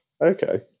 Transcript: Okay